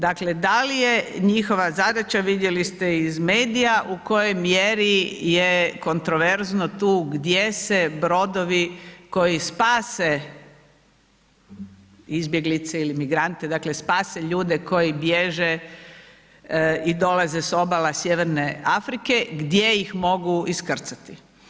Dakle, da li je njihova zadaća, vidjeli ste iz medija u kojoj mjeri je kontroverzno tu gdje se brodovi koji spase izbjeglice ili migrante, dakle, spase ljude koji bježe i dolaze s obala sjeverne Afrike, gdje ih mogu iskrcati?